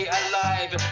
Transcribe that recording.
alive